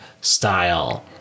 style